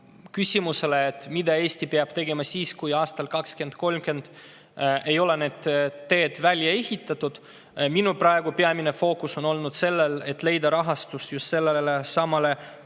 küsimusele, mida Eesti peab tegema siis, kui aastaks 2030 ei ole need teed välja ehitatud. Minu peamine fookus on praegu olnud sellel, et leida rahastus just sellelesamale